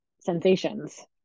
sensations